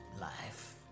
Life